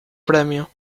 premio